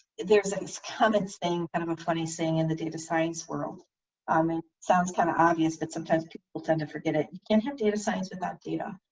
there's a common thing and i'm a twenty seeing in the data science world i mean sounds kind of obvious but sometimes people tend to forget it you can't have data science without data.